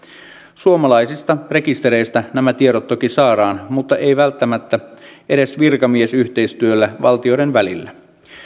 suomalaisista rekistereistä nämä tiedot toki saadaan mutta ei välttämättä edes virkamiesyhteistyöllä valtioiden välillä